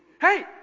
Hey